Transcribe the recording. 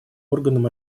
органом